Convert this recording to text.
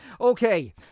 Okay